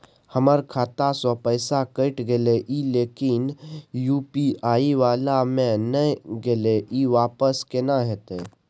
हमर खाता स पैसा कैट गेले इ लेकिन यु.पी.आई वाला म नय गेले इ वापस केना होतै?